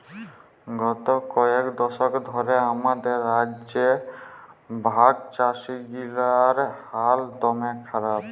গত কয়েক দশক ধ্যরে আমাদের রাজ্যে ভাগচাষীগিলার হাল দম্যে খারাপ